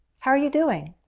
how are you doing?